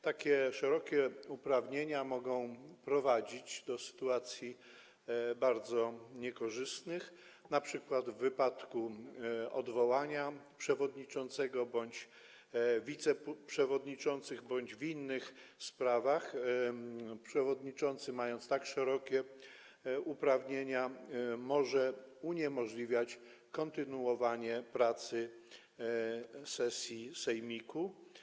Tak szerokie uprawnienia mogą prowadzić do sytuacji bardzo niekorzystnych, np. w wypadku próby odwołania przewodniczącego bądź wiceprzewodniczących bądź w innych sprawach przewodniczący, mając tak szerokie uprawnienia, może uniemożliwiać kontynuowanie pracy sesji sejmiku.